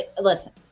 listen